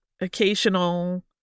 occasional